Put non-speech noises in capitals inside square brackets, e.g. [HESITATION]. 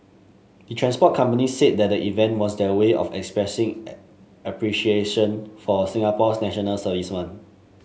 the transport companies said that the event was their way of expressing [HESITATION] appreciation for Singapore's National Servicemen